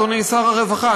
אדוני שר הרווחה,